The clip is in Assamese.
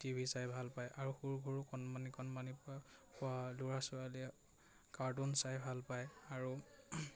টিভি চাই ভাল পায় আৰু সৰু সৰু কণমানি কণমানি ল'ৰা ছোৱালীয়ে কাৰ্টুন চাই ভাল পায় আৰু